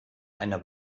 eine